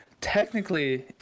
technically